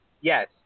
Yes